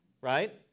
right